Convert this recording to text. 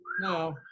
No